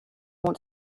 want